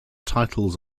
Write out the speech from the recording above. titles